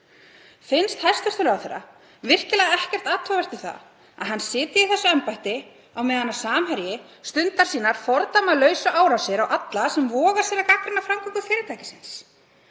Finnst hæstv. ráðherra virkilega ekkert athugavert við það að hann sitji í þessu embætti á meðan Samherji stundar sínar fordæmalausu árásir á alla sem voga sér að gagnrýna framgöngu fyrirtækisins?